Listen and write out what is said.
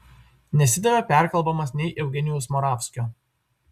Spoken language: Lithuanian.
nesidavė perkalbamas nei eugenijaus moravskio